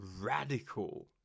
radical